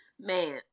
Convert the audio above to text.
Man